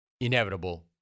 inevitable